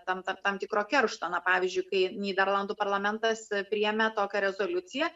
tam tam tam tikro keršto na pavyzdžiui kai nyderlandų parlamentas priėmė tokią rezoliuciją